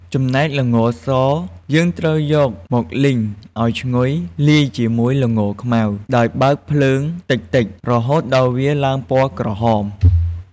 ចំណែក ល្ងសយើងក៏ត្រូវយកមកលីងឱ្យឈ្ងុយលាយជាមួយល្ងខ្មៅដោយបើកភ្លើងតិចៗ រហូតដល់វាឡើងពណ៍ក្រហម។